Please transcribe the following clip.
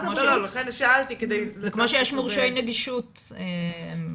זה כמו שיש מורשי נגישות לצורך העניין.